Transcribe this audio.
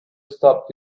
stopped